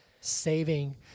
saving